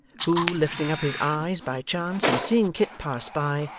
who, lifting up his eyes by chance and seeing kit pass by,